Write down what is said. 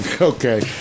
Okay